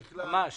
ממש.